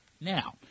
Now